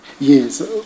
Yes